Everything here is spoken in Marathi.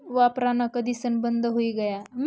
वापरान कधीसन बंद हुई गया